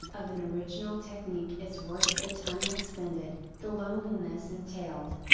of an original technique is worth the time expended, the loneliness entailed.